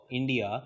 India